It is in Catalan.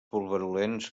pulverulents